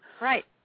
Right